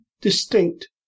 distinct